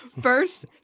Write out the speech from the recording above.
First